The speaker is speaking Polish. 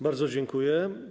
Bardzo dziękuję.